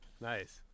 Nice